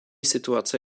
situace